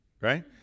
Right